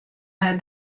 her